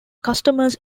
customers